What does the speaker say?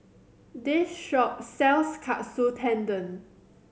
this shop sells Katsu Tendon